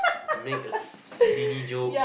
make a silly joke